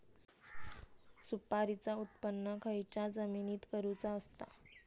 सुपारीचा उत्त्पन खयच्या जमिनीत करूचा असता?